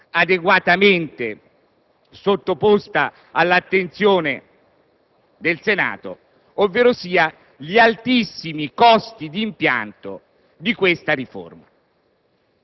adeguatamente sottoposta all'attenzione del Senato, ovverosia gli altissimi costi di impianto di tale riforma.